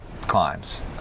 climbs